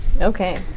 Okay